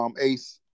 Ace